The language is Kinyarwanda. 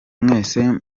mwese